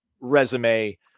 resume